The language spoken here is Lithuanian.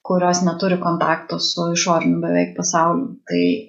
kurios neturi kontakto su išoriniu beveik pasauliu tai